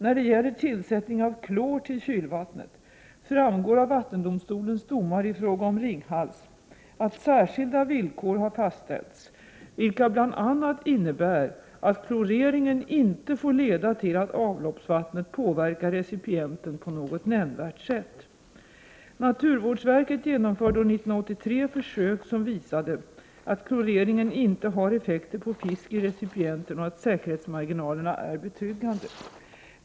När det gäller tillsättning av klor till kylvattnet framgår av vattendomstolens domar i fråga om Ringhals att särskilda villkor har fastställts, vilka bl.a. innebär att kloreringen inte får leda till att avloppsvattnet påverkar recipienten på något nämnvärt sätt. Naturvårdsverket genomförde år 1983 försök som visade att kloreringen inte har effekter på fisk i recipienten och att säkerhetsmarginalerna är betryggande.